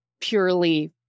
purely